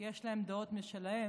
כי יש להם דעות משלהם,